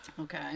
okay